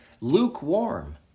lukewarm